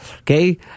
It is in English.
Okay